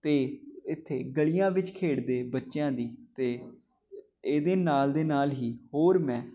ਅਤੇ ਇੱਥੇ ਗਲੀਆਂ ਵਿੱਚ ਖੇਡਦੇ ਬੱਚਿਆਂ ਦੀ ਅਤੇ ਇਹਦੇ ਨਾਲ ਦੇ ਨਾਲ ਹੀ ਹੋਰ ਮੈਂ